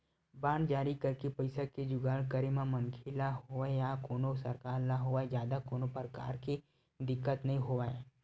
bond जारी करके पइसा के जुगाड़ करे म मनखे ल होवय या कोनो सरकार ल होवय जादा कोनो परकार के दिक्कत नइ होवय